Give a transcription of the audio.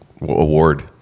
Award